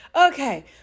Okay